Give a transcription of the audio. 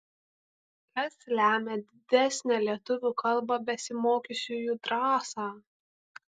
kas lemią didesnę lietuvių kalba besimokiusiųjų drąsą